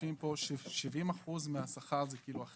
זה פשוט הדוגמה היחידה גם בממ"מ, גם בהצעת